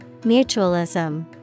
mutualism